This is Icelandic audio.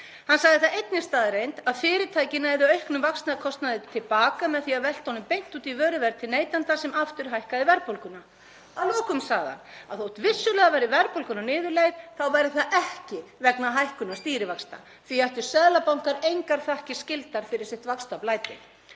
Hann sagði það einnig staðreynd að fyrirtækin næðu auknum vaxtakostnaði til baka með því að velta honum beint út í vöruverð til neytenda sem aftur hækkaði verðbólguna. Að lokum sagði hann að þótt vissulega væri verðbólgan á niðurleið þá væri það ekki vegna hækkunar stýrivaxta. Því ættu seðlabankar engar þakkir skildar fyrir sitt vaxtablæti.